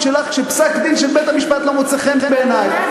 שלך כשפסק-דין של בית-המשפט לא מוצא חן בעינייך.